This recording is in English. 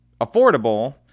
affordable